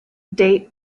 date